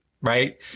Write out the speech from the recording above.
right